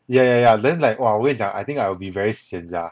yeah yeah yeah then like !wah! 我跟你讲 I think I will be very sian sia